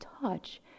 touch